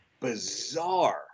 bizarre